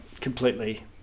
completely